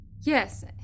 Yes